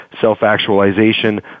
self-actualization